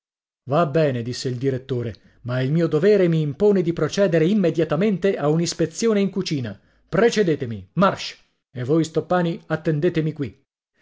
va bene disse il direttore ma il mio dovere mi impone di procedere immediatamente a un'ispezione in cucina precedetemi march e voi stoppani attendetemi qui